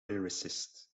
lyricist